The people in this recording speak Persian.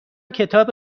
کتاب